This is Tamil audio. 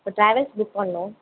இப்போ ட்ராவல்ஸ் புக் பண்ணணும்